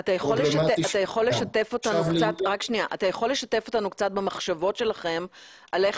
אתה יכול לשתף אותנו קצת במחשבות שלכם על איך